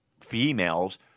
females